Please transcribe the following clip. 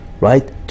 right